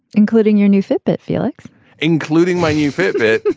including your new fitbit feliks including my new fitbit,